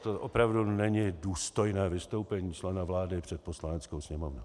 To opravdu není důstojné vystoupení člena vlády před Poslaneckou sněmovnou.